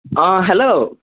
অঁ হেল্ল'